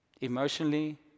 Emotionally